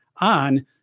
on